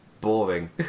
boring